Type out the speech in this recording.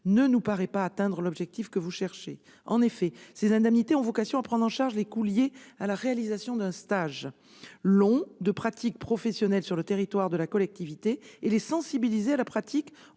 ne nous paraît pas répondre à votre objectif. En effet, ces indemnités ont vocation à prendre en charge les coûts liés à la réalisation d'un stage long de pratique professionnelle sur le territoire de la collectivité et à les sensibiliser à la pratique